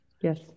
yes